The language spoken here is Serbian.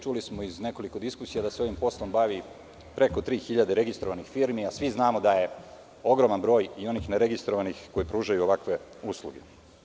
Čuli smo iz nekoliko diskusija da se ovim poslom bavi preko tri hiljade registrovanih firmi, a svi znamo da je ogroman broj i onih ne registrovanih koje pružaju ovakve usluge.